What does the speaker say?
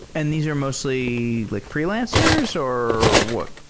and these are mostly like freelancers or what?